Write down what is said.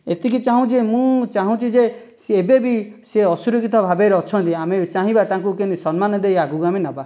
ଏତିକି ଚାହୁଁଛି ଯେ ମୁଁ ଚାହୁଁଛି ଯେ ସେ ଏବେ ବି ସେ ଅସୁରକ୍ଷିତ ଭାବରେ ଅଛନ୍ତି ଆମେ ଚାହିଁବା ତାଙ୍କୁ କେମିତି ସମ୍ମାନ ଦେଇ ଆଗକୁ ଆମେ ନେବା